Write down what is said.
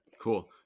Cool